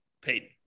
payton